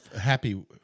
Happy